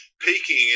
peaking